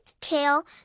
kale